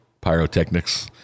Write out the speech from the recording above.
pyrotechnics